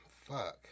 Fuck